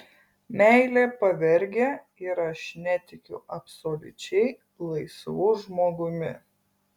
meilė pavergia ir aš netikiu absoliučiai laisvu žmogumi